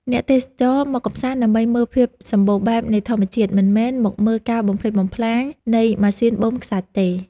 អ្នកទេសចរមកកម្សាន្តដើម្បីមើលភាពសម្បូរបែបនៃធម្មជាតិមិនមែនមកមើលការបំផ្លិចបំផ្លាញនៃម៉ាស៊ីនបូមខ្សាច់ទេ។